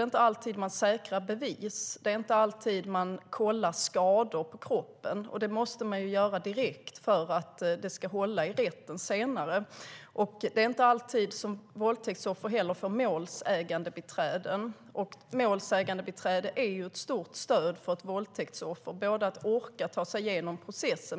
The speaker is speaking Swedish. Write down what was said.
inte alltid säkrar bevis när det gäller just våldtäktsoffer. Man kollar inte alltid skador på kroppen. Det måste man göra direkt för att det ska hålla i rätten senare. Våldtäktsoffer får inte heller alltid målsägandebiträden. Ett målsägandebiträde är ett stort stöd för ett våldtäktsoffer, för att orka ta sig genom processen.